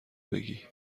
بگی